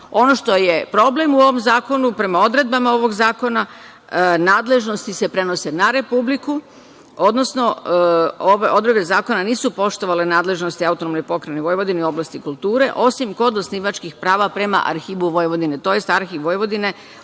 što je problem u ovom zakonu, prema odredbama ovog zakona, nadležnosti se prenose na Republiku, odnosno ove odredbe zakona nisu poštovale nadležnosti AP Vojvodine u oblasti kulture, osim kod osnivačkih prava prema Arhivu Vojvodine, tj. Arhiv Vojvodine